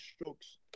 strokes